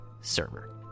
server